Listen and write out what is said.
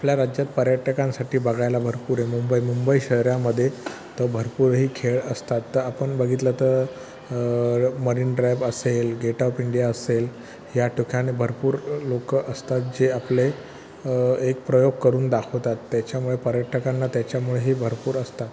आपल्या राज्यात पर्यटकांसाठी बघायला भरपूर आहे मुंबई मुंबई शहरामध्ये तर भरपूरही खेळ असतात तर आपण बघितलं तर मरीन ड्राईव्ह असेल गेट ऑप इंडिया असेल या टूखाने भरपूर लोक असतात जे आपले एक प्रयोग करून दाखवतात त्याच्यामुळे पर्यटकांना त्याच्यामुळेही भरपूर असतात